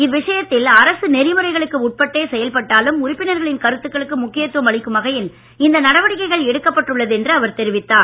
இவ்விஷயத்தில் அரசு நெறிமுறைகளுக்கு உட்பட்டே செயல்பட்டாலும் உறுப்பினர்களின் கருத்துகளுக்கு முக்கியத்துவம் அளிக்கும் வகையில் இந்த நடவடிக்கைகள் எடுக்கப்பட்டு உள்ளது என்று அவர் தெரிவித்தார்